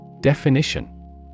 Definition